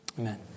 Amen